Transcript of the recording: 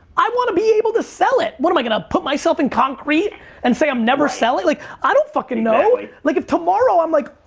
i want to be able to sell it! what am i gonna put myself in concrete and say i'm never selling? like i don't fucking know! like if tomorrow i'm like,